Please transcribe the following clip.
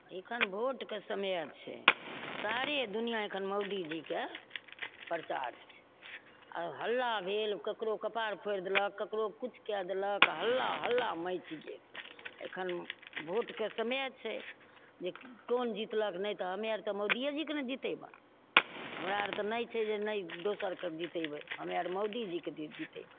एखन भोटके समय छै आओर सारी दुनिआ एखन मोदीजीके प्रचार छै आओर हल्ला भेल ककरो कपार फोड़ि देलक ककरो किछु कै देलक हल्ला हल्ला मचि गेल एखन भोटके समय छै जे कोन जितलक नहि तऽ हमे आओर तऽ मोदिएजीके ने जितेबै हमरा आओर तऽ नहि छै दोसरके जितेबै हमे आओर मोदीजीके जितेबै